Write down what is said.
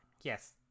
yes